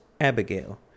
Abigail